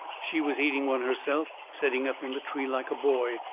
she was eating one herself, setting up in the tree like a boy.